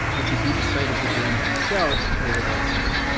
which would be the site of the games themselves later that summer.